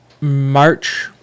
march